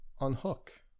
unhook